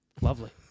Lovely